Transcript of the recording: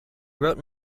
wrote